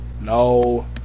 No